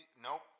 Nope